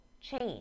change